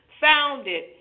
founded